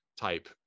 type